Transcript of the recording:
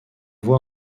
voix